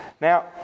now